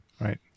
Right